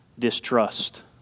distrust